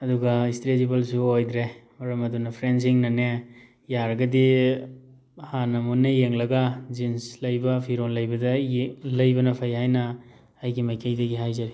ꯑꯗꯨꯒ ꯏꯁꯇ꯭ꯔꯦꯆꯤꯕꯜꯁꯨ ꯑꯣꯏꯗ꯭ꯔꯦ ꯃꯔꯝ ꯑꯗꯨꯅ ꯐ꯭ꯔꯦꯟꯁꯤꯡꯅꯅꯦ ꯌꯥꯔꯒꯗꯤ ꯍꯥꯟꯅ ꯃꯨꯟꯅ ꯌꯦꯡꯂꯒ ꯖꯤꯟꯁ ꯂꯩꯕ ꯐꯤꯔꯣꯟ ꯂꯩꯕꯗ ꯑꯩꯒꯤ ꯂꯩꯕꯅ ꯐꯩ ꯍꯥꯏꯅ ꯑꯩꯒꯤ ꯃꯥꯏꯀꯩꯗꯒꯤ ꯍꯥꯏꯖꯔꯤ